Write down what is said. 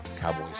Cowboys